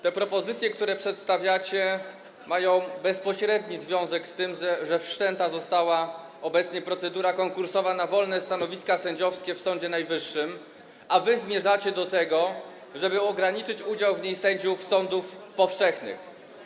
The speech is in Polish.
Te propozycje, które przedstawiacie, mają bezpośredni związek z tym, że obecnie wszczęta została procedura konkursowa dotycząca wolnych stanowisk sędziowskich w Sądzie Najwyższym, a wy zmierzacie do tego, żeby ograniczyć udział w niej sędziów sądów powszechnych.